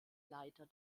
leiter